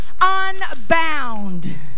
unbound